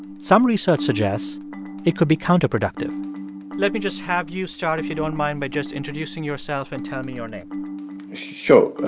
some research suggests it could be counterproductive let me just have you start, if you don't mind, by just introducing yourself. and tell me your name sure.